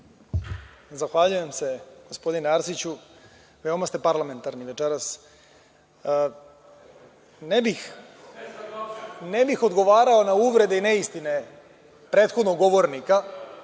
Zahvaljujem se, gospodine Arsiću. Veoma ste parlamentarni večeras. Ne bih odgovarao na uvrede i neistine prethodnog govornika,